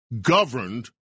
governed